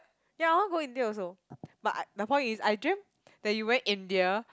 ya I want go India also but I the point is I dreamt that you went India